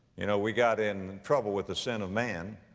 you know we got in trouble with the sin of man.